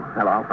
Hello